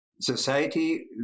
society